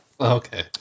Okay